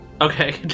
Okay